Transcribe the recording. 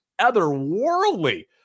otherworldly